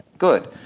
good.